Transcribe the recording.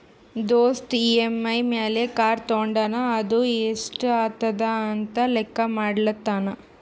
ದೋಸ್ತ್ ಇ.ಎಮ್.ಐ ಮ್ಯಾಲ್ ಕಾರ್ ತೊಂಡಾನ ಅದು ಎಸ್ಟ್ ಆತುದ ಅಂತ್ ಲೆಕ್ಕಾ ಮಾಡ್ಲತಾನ್